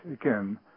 again